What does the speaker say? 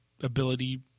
ability